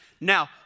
now